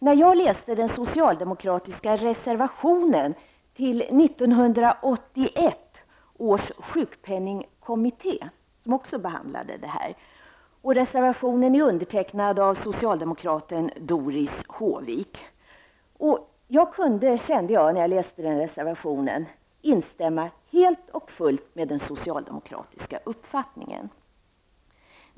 När jag läste den socialdemokratiska reservationen, undertecknad av socialdemokraten Doris Håvik, till 1981 års sjukpenningkommitté, som också behandlade denna fråga, kunde jag instämma helt och fullt i den socialdemokratiska uppfattningen.